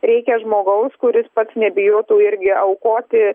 reikia žmogaus kuris pats nebijotų irgi aukoti